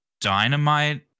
dynamite